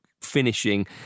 Finishing